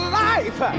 life